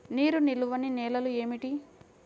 నీరు నిలువని నేలలు ఏమిటి?